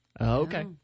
Okay